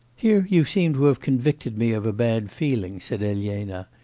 here you seem to have convicted me of a bad feeling said elena,